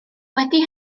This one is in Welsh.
wedi